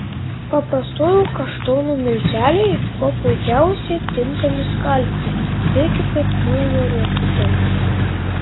paprastųjų kaštonų milteliai kuo puikiausiai tinkami skalbti veikia kaip muilo riešutai